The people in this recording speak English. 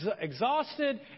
exhausted